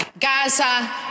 Gaza